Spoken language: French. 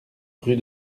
rue